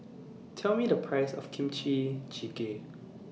Tell Me The priceS of Kimchi Jjigae